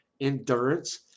endurance